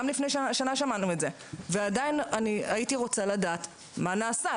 גם לפני שנה שמענו את זה ועדיין הייתי רוצה לדעת מה נעשה.